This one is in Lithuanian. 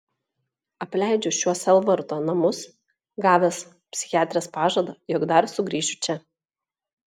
apleidžiu šiuos sielvarto namus gavęs psichiatrės pažadą jog dar sugrįšiu čia